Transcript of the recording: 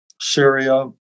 Syria